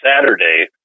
Saturday